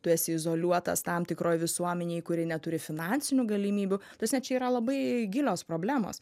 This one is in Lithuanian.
tu esi izoliuotas tam tikroj visuomenėj kuri neturi finansinių galimybių prasme čia yra labai gilios problemos